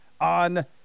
on